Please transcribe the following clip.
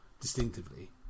distinctively